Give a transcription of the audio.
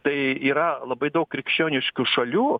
tai yra labai daug krikščioniškų šalių